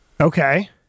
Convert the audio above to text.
okay